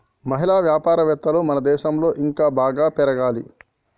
మహిళా వ్యాపారవేత్తలు మన దేశంలో ఇంకా బాగా పెరగాలి